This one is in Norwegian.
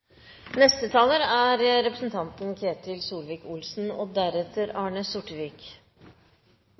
neste taler representanten Ketil